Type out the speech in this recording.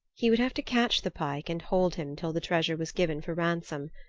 he would have to catch the pike and hold him till the treasure was given for ransom.